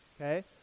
okay